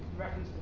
record